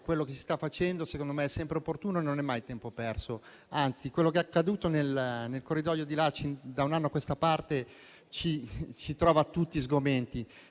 quello che si sta facendo secondo me è sempre opportuno e non è mai tempo perso. Quello che è accaduto nel corridoio di Lachin da un anno a questa parte ci lascia tutti sgomenti.